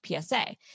PSA